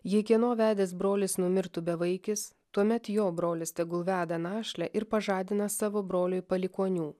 jei kieno vedęs brolis numirtų bevaikis tuomet jo brolis tegul veda našlę ir pažadina savo broliui palikuonių